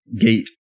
gate